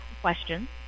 questions